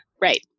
Right